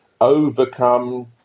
overcome